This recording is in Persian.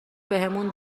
بهمون